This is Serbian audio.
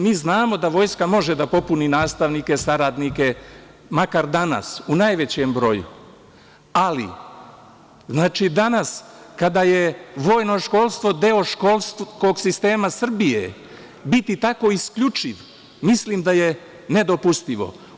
Mi znamo da Vojska može da popuni nastavnike, saradnike, makar danas u najvećem broju, ali znači, danas kada je vojnoškolstvo deo školskog sistema Srbije biti tako isključiv, mislim da je nedopustivo.